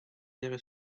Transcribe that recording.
very